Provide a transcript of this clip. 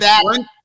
one